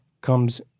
comes